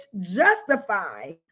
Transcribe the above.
justify